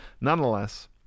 Nonetheless